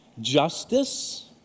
justice